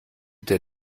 der